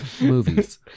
movies